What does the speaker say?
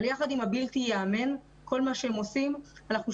אבל יחד עם הבלתי-ייאמן, אנחנו שומעים מהשטח